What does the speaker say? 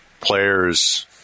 players